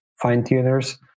fine-tuners